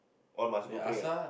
one must go pray ah